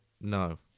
No